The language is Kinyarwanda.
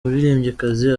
muririmbyikazi